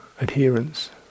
adherence